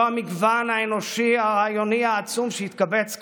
המגוון האנושי הרעיוני העצום שהתקבץ כאן,